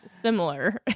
similar